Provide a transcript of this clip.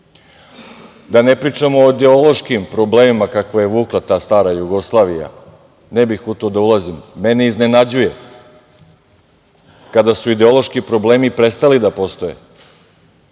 Da ne pričamo o ideološkim problemima kakve je vukla ta stara Jugoslavija, ne bih u to da ulazim. Iznenađuje me kada su ideološki problemi prestali da postoje,